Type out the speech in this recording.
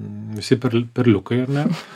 visi per perliukai ar ne